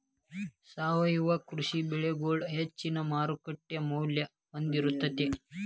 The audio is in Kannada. ಸಾವಯವ ಕೃಷಿ ಬೆಳಿಗೊಳ ಹೆಚ್ಚಿನ ಮಾರ್ಕೇಟ್ ಮೌಲ್ಯ ಹೊಂದಿರತೈತಿ